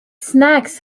snacks